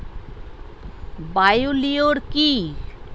Bio lure কি?